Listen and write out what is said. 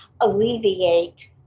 alleviate